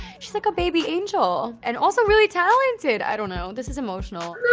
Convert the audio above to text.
she's like a baby angel. and also really talented. i don't know, this is emotional.